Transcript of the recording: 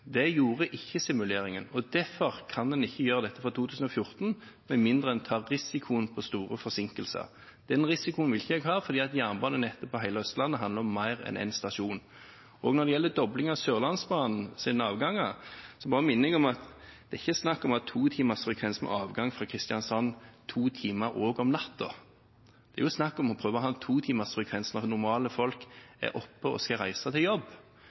Det gjorde ikke simuleringen, og derfor kan en ikke gjøre dette fra 2014, med mindre en tar risikoen på store forsinkelser. Den risikoen vil ikke jeg ha, fordi jernbanenettet på hele Østlandet handler om mer enn én stasjon. Når det gjelder dobling av Sørlandsbanens avganger, minner jeg bare om at det er ikke snakk om at to timers frekvens med avgang fra Kristiansand er to timer også om natten. Det er jo snakk om å prøve å ha en to timers frekvens når folk normalt er oppe og skal reise til jobb.